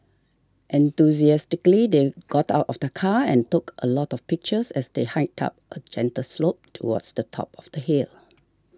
enthusiastically they got out of the car and took a lot of pictures as they hiked up a gentle slope towards the top of the hill